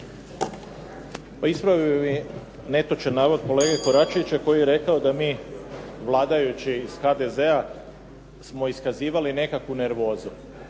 ispravio bih netočan navod kolege Koračevića koji je rekao da mi vladajući iz HDZ-a smo iskazivali nekakvu nervozu.